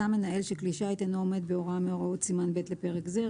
המנהל שכלי שיט אינו עומד בהוראה מהוראות סימן ב' לפרק זה,